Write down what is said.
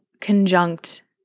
conjunct